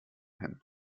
hin